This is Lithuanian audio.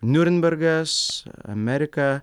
niurnbergas amerika